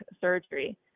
surgery